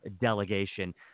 delegation